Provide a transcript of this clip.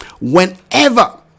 whenever